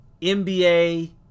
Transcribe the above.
NBA